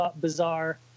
bizarre